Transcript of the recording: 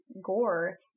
gore